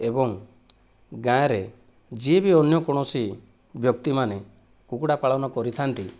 ଏବଂ ଗାଁରେ ଯିଏ ବି ଅନ୍ୟ କୌଣସି ବ୍ୟକ୍ତିମାନେ କୁକୁଡ଼ା ପାଳନ କରିଥାନ୍ତି